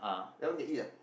that one can eat ah